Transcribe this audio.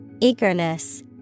Eagerness